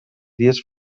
dies